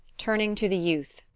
turning to the youth.